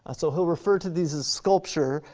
ah so he'll refer to these as sculpture,